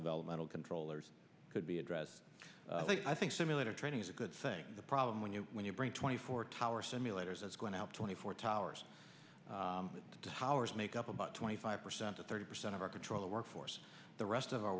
developmental controllers could be addressed i think simulator training is a good thing the problem when you when you bring twenty four tower simulators that's going out twenty four towers to howards make up about twenty five percent to thirty percent of our patrol workforce the rest of our